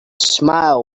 smile